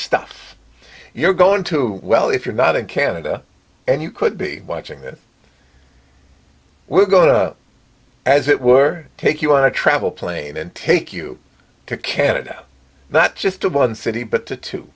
stuff you're going to well if you're not in canada and you could be watching this we're going to as it were take you on a travel plane and take you to canada not just about the city but t